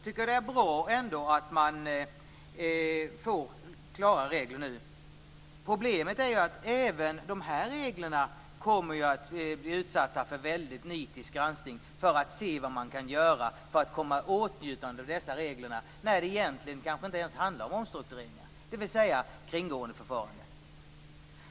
Det är bra att vi nu får klara regler. Problemet är att även de här reglerna kommer att bli utsatta för väldigt nitisk granskning för att se vad man kan göra för att komma i åtnjutande av dessa regler, när det egentligen kanske inte ens handlar om omstruktureringar utan om kringgåendeförfaranden.